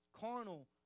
carnal